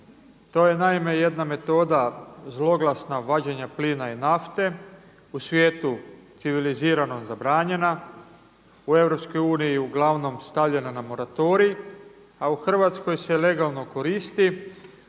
To je naime jedna metoda zloglasna vađenja plina i nafte u svijetu civiliziranom zabranjena, u EU uglavnom stavljena na moratorij a u Hrvatskoj se legalno koristi